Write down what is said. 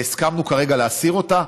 והסכמנו כרגע להסיר אותה.